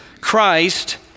Christ